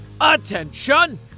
ATTENTION